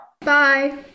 Bye